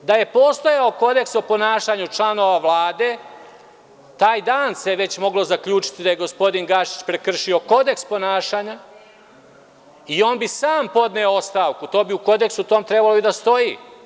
Da je postojao kodeks o ponašanju članova Vlade, taj dan se već moglo zaključiti da je gospodin Gašić prekršio kodeks ponašanja i on bi sam podneo ostavku, to bi u kodeksu trebalo da stoji.